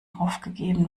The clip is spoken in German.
aufgegeben